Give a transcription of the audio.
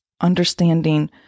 understanding